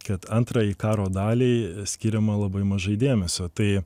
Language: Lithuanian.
kad antrajai karo daliai skiriama labai mažai dėmesio tai